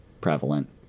prevalent